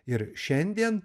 ir šiandien